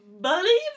believe